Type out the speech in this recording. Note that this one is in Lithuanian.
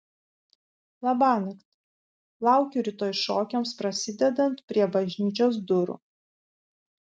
labanakt laukiu rytoj šokiams prasidedant prie bažnyčios durų